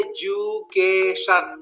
Education